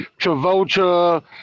Travolta